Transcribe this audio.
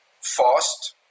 fast